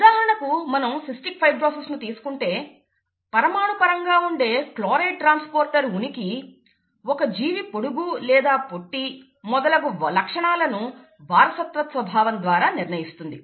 ఉదాహరణకు మనం cystic fibrosis ను తీసుకుంటే పరమాణు పరంగా ఉండే క్లోరైడ్ ట్రాన్స్పోర్టర్ ఉనికి ఒక జీవి పొడుగు లేదా పొట్టి మొదలగు లక్షణాలను వారసత్వ స్వభావం ద్వారా నిర్ణయిస్తుంది